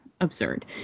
absurd